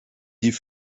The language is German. die